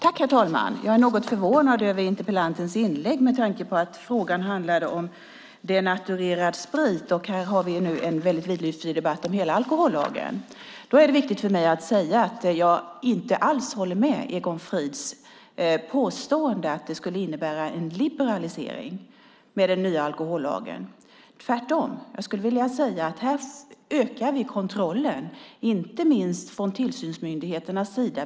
Herr talman! Jag är något förvånad över interpellantens inlägg med tanke på att frågan handlade om denaturerad sprit. Nu har vi en vidlyftig debatt om hela alkohollagen. Det är viktigt för mig att säga att jag inte alls håller med Egon Frid i hans påstående att den nya alkohollagen skulle innebära en liberalisering. Tvärtom ökar vi kontrollen, inte minst från tillsynsmyndigheternas sida.